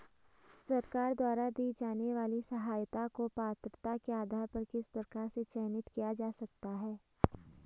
सरकार द्वारा दी जाने वाली सहायता को पात्रता के आधार पर किस प्रकार से चयनित किया जा सकता है?